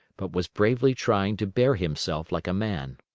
but was bravely trying to bear himself like a man.